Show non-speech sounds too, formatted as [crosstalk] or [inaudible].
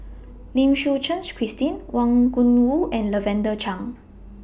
Lim Suchen [noise] Christine Wang Gungwu and Lavender Chang